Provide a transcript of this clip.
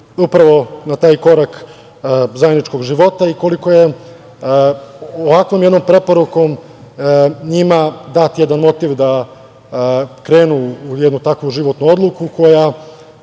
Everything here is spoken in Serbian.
upravo na taj korak zajedničkog života i koliko je ovakvom jednom preporukom njima dat jedan motiv da krenu u jednu takvu životnu odluku koja